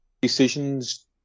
decisions